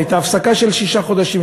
הייתה הפסקה של שישה חודשים,